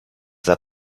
that